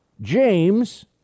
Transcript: James